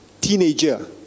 teenager